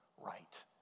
right